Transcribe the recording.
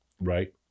right